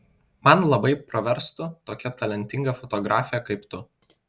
man labai praverstų tokia talentinga fotografė kaip tu